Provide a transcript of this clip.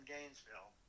Gainesville